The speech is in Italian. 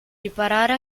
riparare